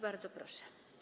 Bardzo proszę.